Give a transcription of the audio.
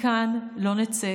מכאן לא נצא